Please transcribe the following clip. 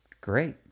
great